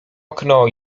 okno